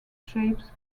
shapes